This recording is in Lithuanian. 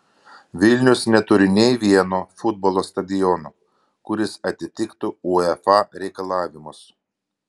vilnius neturi nei vieno futbolo stadiono kuris atitiktų uefa reikalavimus